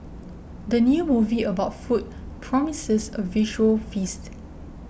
the new movie about food promises a visual feast